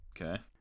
Okay